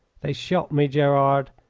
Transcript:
they shot me, gerard.